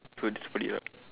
so to split lah